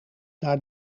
naar